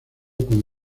con